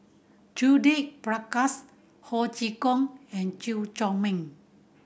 Judith Prakash Ho Chee Kong and Chew Chor Meng